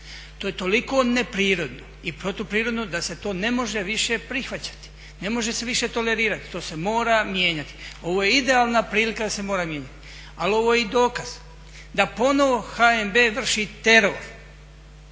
To je toliko neprirodno i protuprirodno da se to ne može više prihvaćati, ne može se više tolerirati, to se mora mijenjati. Ovo je idealna prilika da se mora mijenjati. Ali ovo je i dokaz da ponovo HNB vrši teror